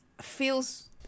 feels